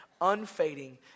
unfading